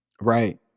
Right